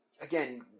again